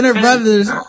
Brothers